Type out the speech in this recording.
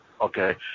Okay